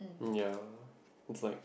ya it's like